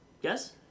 Yes